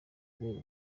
rwego